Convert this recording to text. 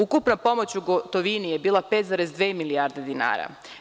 Ukupna pomoć u gotovini je bila 5,2 milijarde dinara.